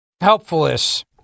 helpfulness